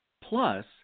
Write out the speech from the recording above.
Plus